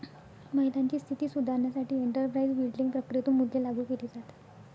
महिलांची स्थिती सुधारण्यासाठी एंटरप्राइझ बिल्डिंग प्रक्रियेतून मूल्ये लागू केली जातात